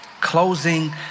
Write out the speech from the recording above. closing